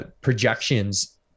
projections